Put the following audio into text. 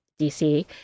DC